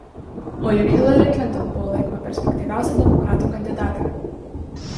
o juk hilari klinton buvo laikoma perspektyviausia demokratų kandidate